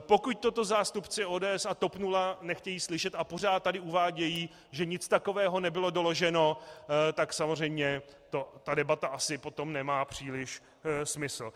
Pokud toto zástupci ODS a TOP nula nechtějí slyšet a pořád tady uvádějí, že nic takového nebylo doloženo, tak samozřejmě ta debata potom asi nemá příliš smysl.